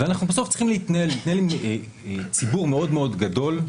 בסוף אנחנו צריכים להתנהל מול ציבור מאוד גדול,